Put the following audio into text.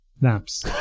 naps